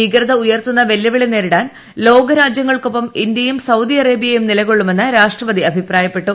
ഭീകരത ഉയർത്തുന്ന വെല്ലുവിളി നേരിടാൻ ലോക രാജ്യങ്ങൾക്കൊപ്പം ഇന്ത്യയും സൌദി അറേബ്യയും നിലകൊള്ളുമെന്ന് രാഷ്ട്രപതി അഭിപ്രായപ്പെട്ടു